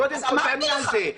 קודם כל תעני על זה,